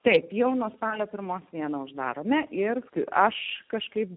taip jau nuo spalio pirmos dienos darome ir tai aš kažkaip